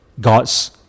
God's